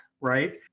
right